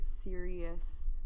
serious